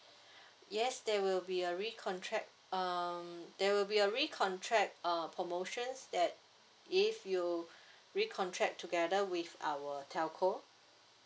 yes there will be a recontract um there will be a recontract uh promotions that if you recontract together with our telco